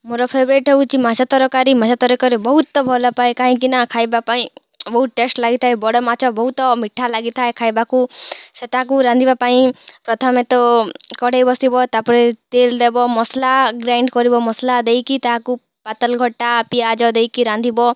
ମୋର ଫେବରେଟ୍ ହେଉଛି ମାଛ ତରକାରୀ ମାଛ ତରକାରୀ ବହୁତ ଭଲ ପାଏ କାହିଁକି ନା ଖାଇବା ପାଇଁ ବହୁତ ଟେଷ୍ଟ ଲାଗିଥାଏ ବଡ ମାଛ ବହୁତ ମିଠା ଲାଗିଥାଏ ଖାଇବାକୁ ସେଟାକୁ ରାନ୍ଧିବା ପାଇଁ ପ୍ରଥମେ ତ କଢ଼େଇ ବସିବ ତା ପରେ ତେଲ୍ ଦେବ ମସ୍ଲା ଗ୍ରାଇଣ୍ଡ୍ କରିବ ମସଲା ଦେଇକି ତାକୁ ପାତଲ୍ ଗଟା ପିଆଜ ଦେଇକି ରାନ୍ଧିବ